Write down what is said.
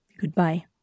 Goodbye